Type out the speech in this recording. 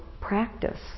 practice